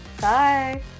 Bye